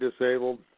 disabled